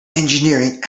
engineering